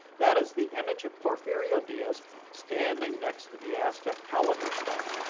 that is the image of porfirio diaz standing next to the aztec calendar stone.